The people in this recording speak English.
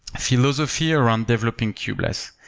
philosophy around developing kubeless.